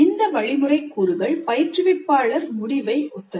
இந்த வழிமுறை கூறுகள் பயிற்றுவிப்பாளர் முடிவை ஒத்தது